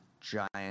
giant